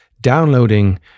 Downloading